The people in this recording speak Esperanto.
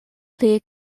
pli